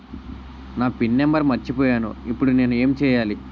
నా pin number మర్చిపోయాను ఇప్పుడు నేను ఎంచేయాలి?